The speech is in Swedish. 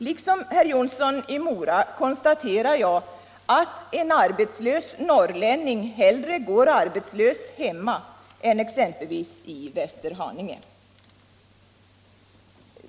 Liksom herr Jonsson i Mora konstaterar jag att en arbetslös norrlänning hellre går arbetslös hemma än exempelvis i Västerhaninge.